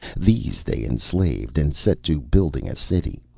these they enslaved and set to building a city.